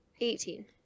Eighteen